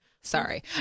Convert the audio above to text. Sorry